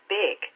big